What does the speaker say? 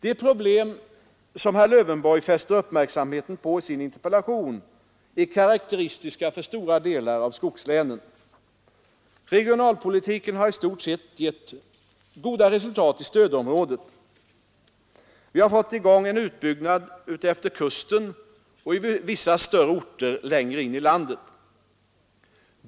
De problem som herr Lövenborg fäster uppmärksamhet på i sin interpellation är karakteristiska för stora delar av skogslänen. Regionalpolitiken har i stort sett gett goda resultat i stödområdet. Vi har fått i gång en utbyggnad utefter kusten och i vissa större orter längre in i landet.